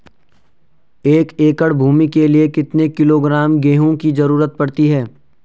एक एकड़ भूमि के लिए कितने किलोग्राम गेहूँ की जरूरत पड़ती है?